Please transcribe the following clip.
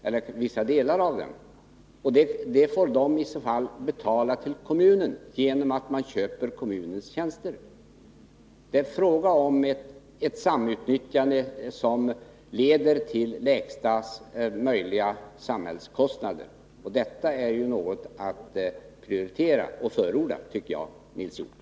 Motsvarande belopp får luftfartsverket i så fall betala till kommunen genom att köpa kommunens tjänster. Det är fråga om ett samutnyttjande som leder till lägsta möjliga samhällskostnader. Detta tycker jag är något att prioritera och förorda, Nils Hjorth.